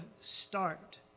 start